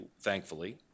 thankfully